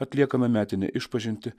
atliekame metinę išpažintį